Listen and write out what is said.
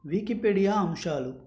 Wikipedia అంశాలు